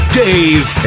dave